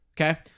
Okay